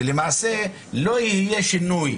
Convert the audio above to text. שלמעשה לא יהיה שינוי.